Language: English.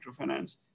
microfinance